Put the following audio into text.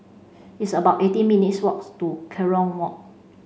it's about eighty minutes walk to Kerong Walk